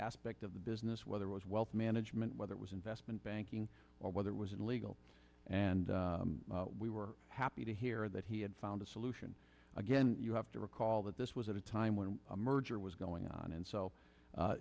aspect of the business whether was wealth management whether it was investment banking or whether it was in legal and we were happy to hear that he had found a solution again you have to recall that this was at a time when a merger was going on and so